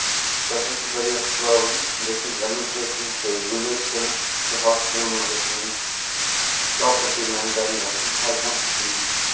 سُہ ہسا چھُ واریاہ پروبلِم ڈِسٹرک ایڈمِنِسٹریشَن چھِ أسۍ گُزٲرِش کران کہِ ہسپِٹلَن منٛز گژھن پروپرٹی مینٹین گژھٕنۍ ہر کانہہ چیٖز